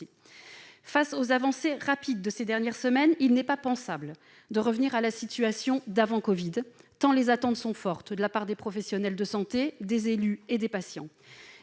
Face aux avancées rapides de ces dernières semaines, il n'est pas pensable de revenir à la situation d'avant Covid-19, tant les attentes sont fortes de la part des professionnels de santé, des élus et des patients.